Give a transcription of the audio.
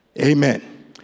Amen